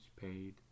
paid